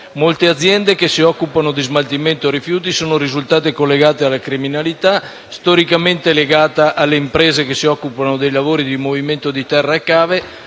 Molte aziende che si occupano di smaltimento rifiuti sono risultate collegate alla criminalità, storicamente legata alle imprese che si occupano dei lavori di movimento di terra e cave